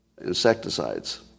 insecticides